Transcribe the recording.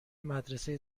مدرسه